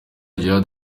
djihad